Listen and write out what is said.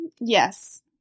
Yes